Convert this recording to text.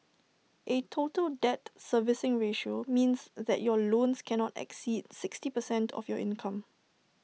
A total debt servicing ratio means that your loans cannot exceed sixty percent of your income